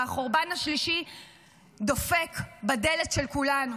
והחורבן השלישי דופק בדלת של כולנו.